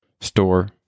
store